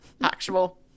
actual